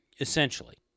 Essentially